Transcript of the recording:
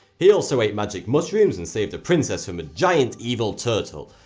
he also ate magic mushrooms and saved a princess from a giant evil turtle,